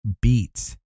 beats